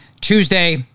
Tuesday